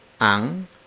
ang